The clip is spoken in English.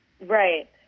Right